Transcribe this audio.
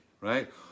right